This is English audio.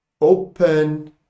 open